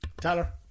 Tyler